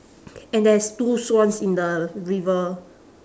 and there's two swans in the river